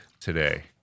today